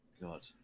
God